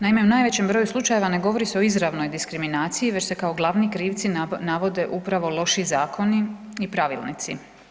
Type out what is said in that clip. Naime, u najvećem broju slučajeva ne govori se o izravnoj diskriminaciji već se kao glavni krivci navode upravo loši zakoni i pravilnici.